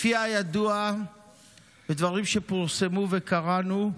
לפי הידוע ומדברים שפורסמו וקראנו,